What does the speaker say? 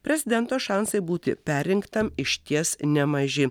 prezidento šansai būti perrinktam išties nemaži